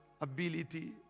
ability